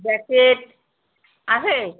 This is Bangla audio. জ্যাকেট আছে